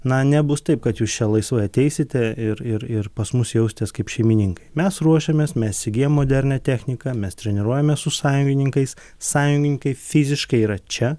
na nebus taip kad jūs čia laisvai ateisite ir ir ir pas mus jausitės kaip šeimininkai mes ruošiamės mes įsigijom modernią techniką mes treniruojamės su sąjungininkais sąjungininkai fiziškai yra čia